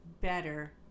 better